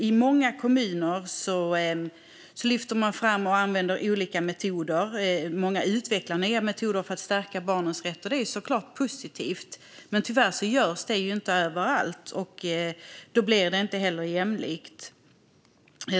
I många kommuner lyfter man fram och använder olika metoder. Många utvecklar nya metoder för att stärka barnens rätt, vilket såklart är positivt. Men tyvärr görs det inte överallt. Då blir det inte heller jämlikt.